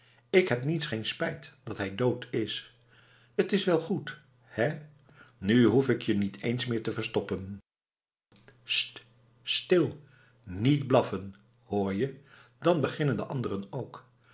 k heb niets geen spijt dat hij dood is t is wel goed hé nou hoef ik je niet eens meer te verstoppen st stil niet blaffen hoor je dan beginnen de anderen ook